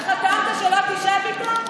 זה שחתמת שלא תשב איתו?